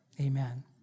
amen